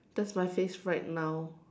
that's my face right now